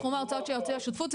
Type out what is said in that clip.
סכום ההוצאות שהוציאה השותפות,